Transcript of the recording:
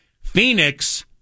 Phoenix